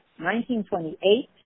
1928